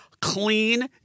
Clean